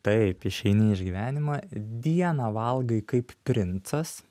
taip išeini išgyvenimą dieną valgai kaip princas